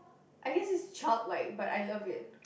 I guess its childlike but I love it